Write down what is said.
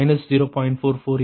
44 இருக்கும்